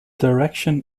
direction